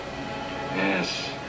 yes